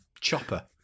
chopper